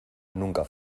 nunca